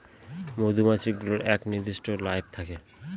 মধুমাছি গুলোর এক নির্দিষ্ট লাইফ থাকে